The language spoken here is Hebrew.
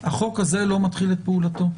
החוק הזה לא מתחיל את פעולתו.